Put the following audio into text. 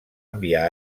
enviar